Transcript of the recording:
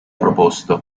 proposto